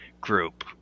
group